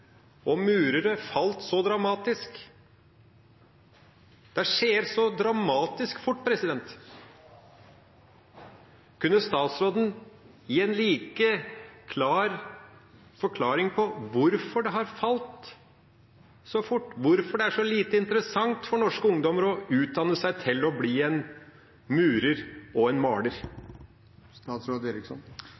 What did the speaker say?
og murere falt dramatisk. Det skjer så dramatisk fort. Kunne statsråden gi en like klar forklaring på hvorfor anseelsen har falt så fort? Hvorfor er det så lite interessant for norsk ungdom å utdanne seg til